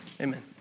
Amen